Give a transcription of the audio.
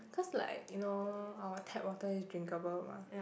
cause like you know our tap water is drinkable mah